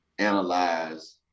analyze